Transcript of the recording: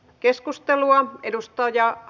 arvoisa puhemies